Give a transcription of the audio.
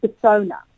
persona